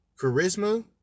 charisma